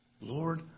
Lord